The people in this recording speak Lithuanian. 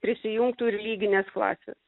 prisijungtų ir lyginės klasės